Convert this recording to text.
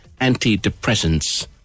antidepressants